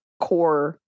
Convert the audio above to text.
core